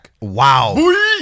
wow